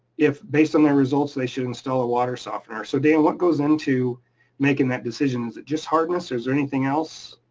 if, based on their results, they should install a water softener. so dan, what goes into making that decision? is it just hardness is there anything else?